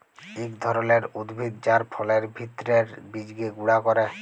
ইক ধরলের উদ্ভিদ যার ফলের ভিত্রের বীজকে গুঁড়া ক্যরে